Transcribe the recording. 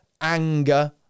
anger